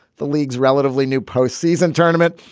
the league's relatively new post-season tournament.